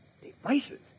Devices